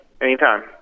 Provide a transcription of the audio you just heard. Anytime